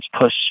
push